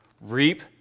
reap